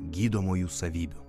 gydomųjų savybių